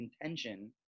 intention